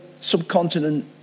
subcontinent